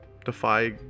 defy